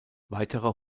weitere